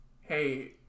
hey